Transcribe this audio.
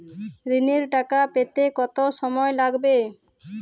ঋণের টাকা পেতে কত সময় লাগবে?